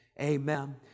amen